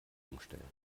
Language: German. umstellen